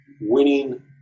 winning